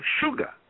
sugar